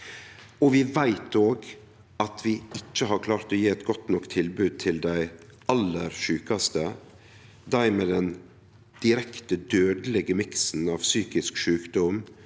Vi veit òg at vi ikkje har klart å gje eit godt nok tilbod til dei aller sjukaste, dei med den direkte dødelege miksen av psykisk sjukdom,